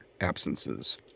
absences